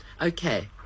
Okay